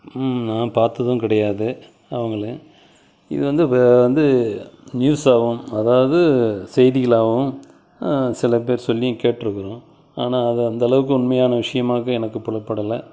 நான் பார்த்ததும் கிடையாது அவங்கள இது வந்து வந்து நியூஸ் ஆகும் அதாவது செய்திகளாகவும் சில பேர் சொல்லியும் கேட்டிருக்குறோம் ஆனால் அது அந்தளவுக்கு உண்மையான விஷயமாக எனக்கு புலப்படலை